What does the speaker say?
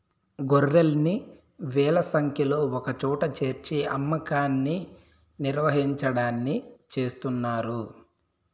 గొర్రెల్ని వేల సంఖ్యలో ఒకచోట చేర్చి అమ్మకాన్ని నిర్వహించడాన్ని చేస్తున్నారు